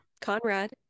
Conrad